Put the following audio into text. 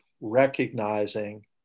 recognizing